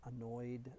annoyed